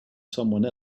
someone